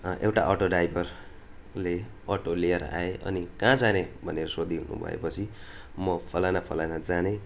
एउटा अटो ड्राइभरले अटो लिएर आए अनि कहाँ जाने भनेर सोध्यो भएपछि म फलाना फलाना जाने